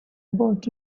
about